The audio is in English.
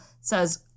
says